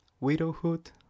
widowhood